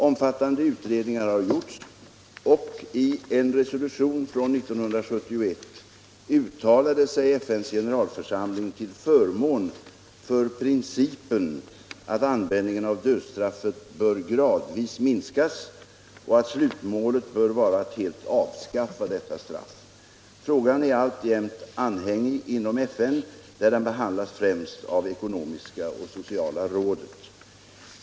Omfattande utredningar har gjorts, och i en resolution från 1971 uttalade sig FN:s generalförsamling till förmån för principen att användningen av dödsstraffet bör gradvis miaskas och att slutmålet bör vara att helt avskaffa detta straff. Frågan är alltjämt anhängig inom FN, där den behandlas främst av ekonomiska och sociala rådet.